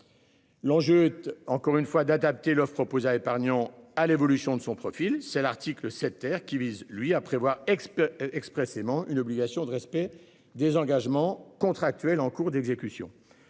L'enjeu tu encore une fois d'adapter l'offre opposa à épargnants à l'évolution de son profil, c'est l'article 7 terre qui vise lui à prévoir exclut expressément une obligation de respect des engagements contractuels en cours d'exécution.